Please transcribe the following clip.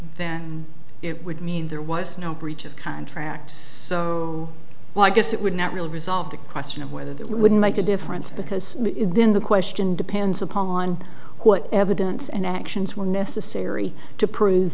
then it would mean there was no breach of contract so i guess it would not really resolve the question of whether that would make a difference because then the question depends upon what evidence and actions were necessary to prove